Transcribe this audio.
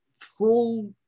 full